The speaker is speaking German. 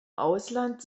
ausland